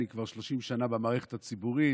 אני כבר 30 שנה במערכת הציבורית,